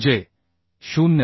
म्हणजे 0